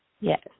Yes